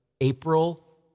April